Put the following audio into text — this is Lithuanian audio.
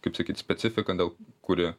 kaip sakyt specifika dėl kuri